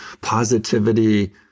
positivity